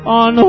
on